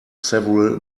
several